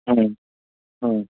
હમ્મ હમ્મ